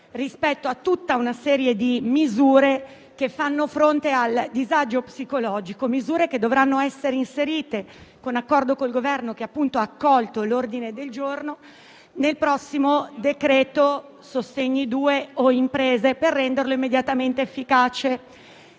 rispetto a tutta una serie di misure che fanno fronte al disagio psicologico e che dovranno essere inserite, in accordo col Governo, che ha accolto l'ordine del giorno, nel prossimo decreto-legge sostegni *bis* (o decreto imprese), per renderle immediatamente efficaci.